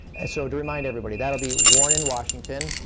and so to remind everybody, that will be warren and washington,